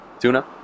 Tuna